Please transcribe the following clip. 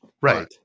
Right